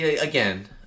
again